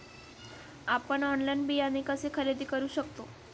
आपण ऑनलाइन बियाणे कसे खरेदी करू शकतो?